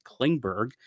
Klingberg